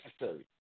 necessary